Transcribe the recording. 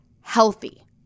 healthy